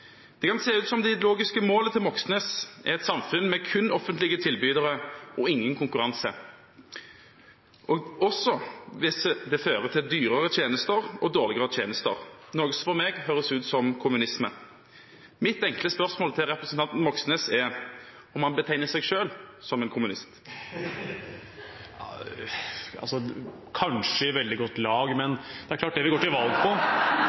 Det kan se ut som om det ideologiske målet til Moxnes er et samfunn med kun offentlige tilbydere og ingen konkurranse – også hvis det fører til dyrere og dårligere tjenester – noe som for meg høres ut som kommunisme. Mitt enkle spørsmål til representanten Moxnes er om han betegner seg selv som en kommunist. Kanskje i veldig godt lag – men det vi går til valg på